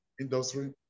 industry